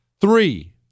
Three